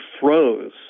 froze